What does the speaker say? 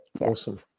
awesome